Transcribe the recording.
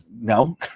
no